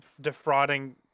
defrauding